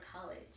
college